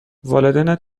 والدینت